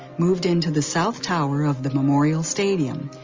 moved into the south tower of the memorial stadium,